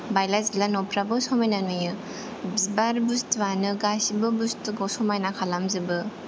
बायला जिला न'फ्राबो समायना नुयो बिबार बुस्तुआनो गासैबो बुस्तुखौ समायना खालामजोबो